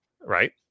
right